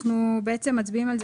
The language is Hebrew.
אנחנו נתקן,